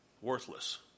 worthless